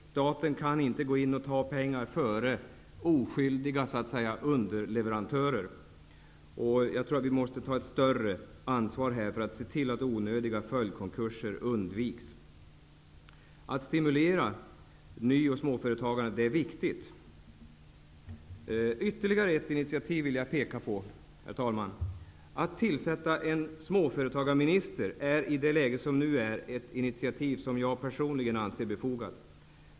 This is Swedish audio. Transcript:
Staten kan inte gå in och ta pengar före oskyldiga underleverantörer. Jag tror att vi måste ta ett större ansvar för att se till att onödiga följdkonkurser undviks. Det är viktigt att stimulera ny och småföretagandet. Jag vill också peka på ytterligare ett initiativ, nämligen tillsättandet av en småföretagarminister. I nuvarande läge anser jag det befogat.